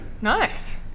Nice